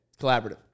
Collaborative